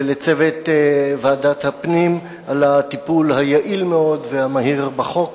ולצוות ועדת הפנים על הטיפול היעיל מאוד והמהיר בחוק.